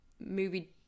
movie